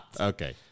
Okay